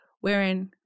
wherein